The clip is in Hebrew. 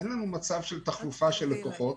אין לנו מצב של תחלופת לקוחות,